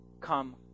come